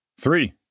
Three